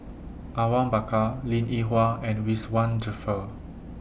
Awang Bakar Linn in Hua and Ridzwan Dzafir